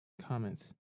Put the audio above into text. comments